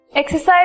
Exercise